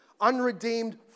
unredeemed